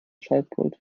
schaltpult